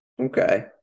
Okay